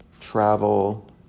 travel